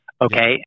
Okay